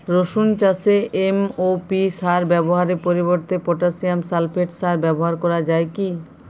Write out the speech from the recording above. রসুন চাষে এম.ও.পি সার ব্যবহারের পরিবর্তে পটাসিয়াম সালফেট সার ব্যাবহার করা যায় কি?